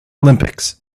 olympics